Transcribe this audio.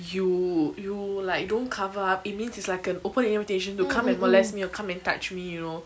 you you like don't cover up it means it's like an open invitation to come and molest me or come and touch me you know